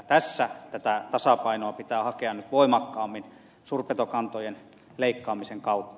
tässä tätä tasapainoa pitää hakea nyt voimakkaammin suurpetokantojen leikkaamisen kautta